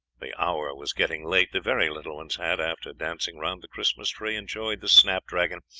the hour was getting late the very little ones had, after dancing round the christmas tree, enjoying the snapdragon,